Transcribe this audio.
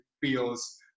feels